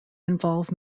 involve